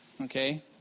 Okay